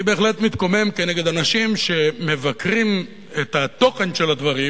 אני בהחלט מתקומם כנגד אנשים שמבקרים את התוכן של הדברים